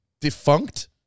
defunct